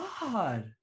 god